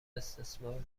استثمار